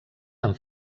amb